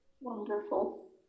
Wonderful